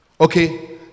Okay